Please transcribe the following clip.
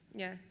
yeah.